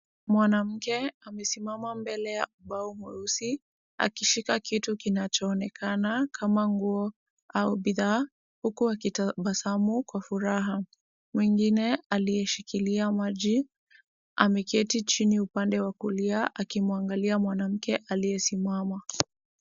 Mwanamke amesimama mbele ya ubao mweusi, akishika kitu kinachoonekana kama nguo au bidhaa, huku akitabasamu kwa furaha. Mwingine aliyeshikilia maji ameketi chini upande wa kulia, akimwangalia mwanamke aliyesimama.